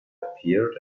appeared